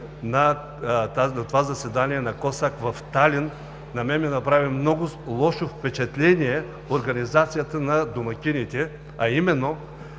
на това заседание на КОСАК в Талин на мен ми направи много лошо впечатление организацията на домакините, а именно,